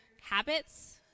habits